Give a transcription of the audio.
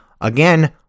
again